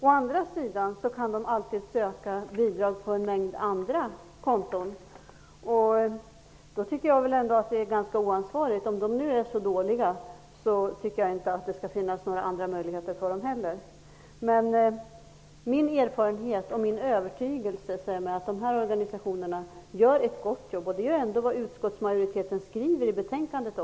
Sedan säger hon att de kan söka bidrag på en mängd andra konton. Jag tycker att det är ganska oansvarigt; om organisationerna nu är så dåliga bör de inte ha några andra möjligheter. Min erfarenhet och min övertygelse säger mig att dessa organisationer gör ett gott jobb. Det är också vad utskottsmajoriteten skriver i betänkandet.